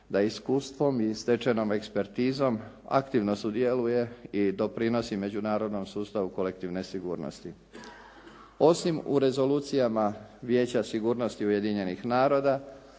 da iskustvom i stečenom ekspertizom aktivno sudjeluje i doprinosi međunarodnom sustavu kolektivne sigurnosti. Osim u rezolucijama Vijeća sigurnosti Ujedinjenih naroda